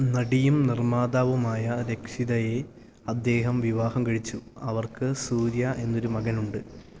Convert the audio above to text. നടിയും നിർമ്മാതാവുമായ രക്ഷിതയെ അദ്ദേഹം വിവാഹം കഴിച്ചു അവർക്ക് സൂര്യ എന്നൊരു മകനുണ്ട്